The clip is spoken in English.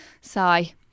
Sigh